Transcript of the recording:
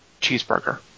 cheeseburger